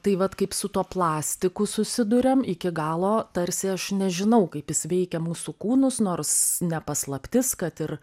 tai vat kaip su tuo plastiku susiduriam iki galo tarsi aš nežinau kaip jis veikia mūsų kūnus nors ne paslaptis kad ir